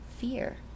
Fear